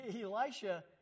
Elisha